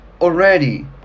already